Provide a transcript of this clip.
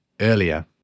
earlier